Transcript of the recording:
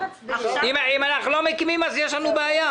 אם אנחנו לא מקימים, אז יש לנו בעיה.